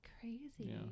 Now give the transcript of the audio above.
crazy